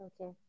Okay